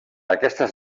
aquestes